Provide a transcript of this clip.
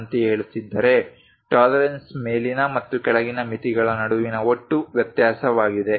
ನಂತೆ ಹೇಳುತ್ತಿದ್ದರೆ ಟಾಲರೆನ್ಸ್ ಮೇಲಿನ ಮತ್ತು ಕೆಳಗಿನ ಮಿತಿಗಳ ನಡುವಿನ ಒಟ್ಟು ವ್ಯತ್ಯಾಸವಾಗಿದೆ